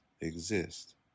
exist